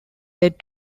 led